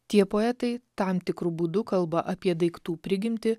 tie poetai tam tikru būdu kalba apie daiktų prigimtį